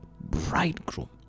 bridegroom